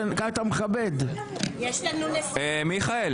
(הישיבה נפסקה בשעה 12:59 ונתחדשה בשעה 13:30.) אנחנו מתחילים בדיון.